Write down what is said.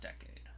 decade